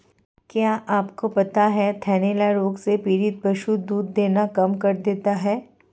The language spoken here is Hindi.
क्या आपको पता है थनैला रोग से पीड़ित पशु दूध देना कम कर देता है?